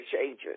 changes